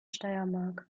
steiermark